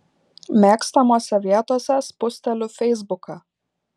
mėgstamose vietose spusteliu feisbuką